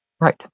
Right